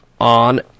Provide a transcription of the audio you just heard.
on